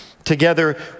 together